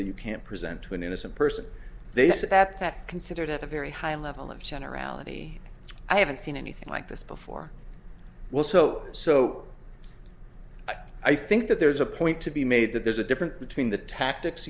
that you can't present to an innocent person they say that's not considered at a very high level of generality i haven't seen anything like this before well so so i think that there is a point to be made that there's a difference between the tactics